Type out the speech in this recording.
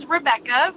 Rebecca